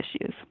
issues